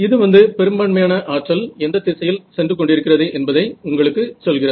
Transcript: இது வந்து பெரும்பான்மையான ஆற்றல் எந்த திசையில் சென்று கொண்டிருக்கிறது என்பதை உங்களுக்கு சொல்கிறது